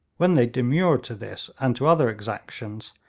when they demurred to this, and to other exactions,